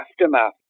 aftermath